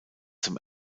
zum